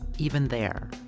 even there,